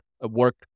work